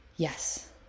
Yes